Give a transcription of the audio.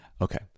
Okay